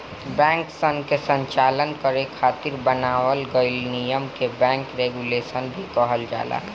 बैंकसन के संचालन करे खातिर बनावल गइल नियम के बैंक रेगुलेशन भी कहल जाला